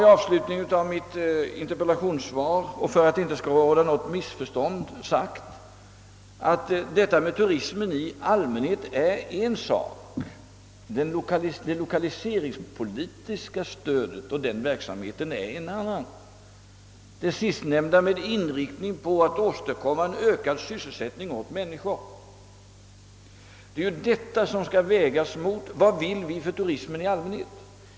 I slutet av mitt interpellationssvar har jag, för att det inte skall råda något missförstånd, sagt att turismen är en sak; en annan sak är det lokaliseringspolitiska stödet med inriktning på att åstadkomma en ökad sysselsättning åt människor. Detta stöd skall vägas mot vad vi vill göra för turismen i allmänhet.